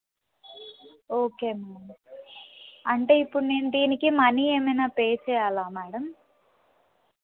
okay ma'am అంటే ఇప్పుడు నేను దీనికి మనీ ఏమన్నపే చేయాల మ్యాడమ్